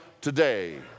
today